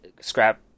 Scrap